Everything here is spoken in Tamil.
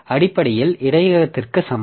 அடிப்படையில் இடையகத்திற்கு சமம்